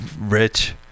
rich